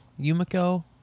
Yumiko